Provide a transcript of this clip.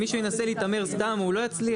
אם מישהו ינסה להתעמר סתם הוא לא יצליח.